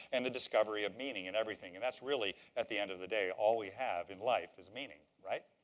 and the discovery of meaning in everything. and that's, really, at the end of the day, all we have in life is meaning, right?